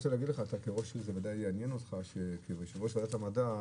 כיושבת-ראש ועדת המדע,